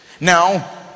Now